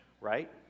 Right